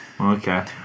Okay